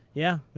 yeah,